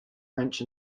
french